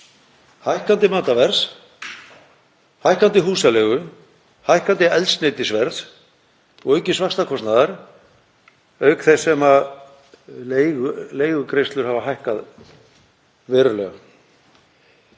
hækkandi matarverðs, hækkandi húsaleigu, hækkandi eldsneytisverðs og aukins vaxtakostnaðar, auk þess sem leigugreiðslur hafa hækkað verulega.